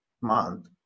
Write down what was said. month